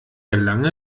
gelang